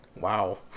wow